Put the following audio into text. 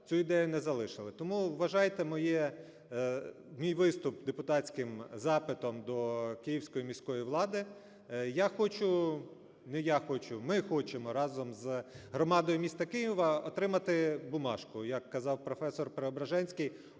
цю ідею не залишили. Тому вважайте мій виступ депутатським запитом до київської міської влади. Я хочу, не я хочу, ми хочемо разом з громадою міста Києва отримати бумажку. Як казав професор Преображенський,